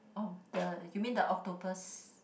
oh the you mean the octopus